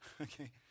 okay